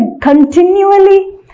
continually